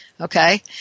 Okay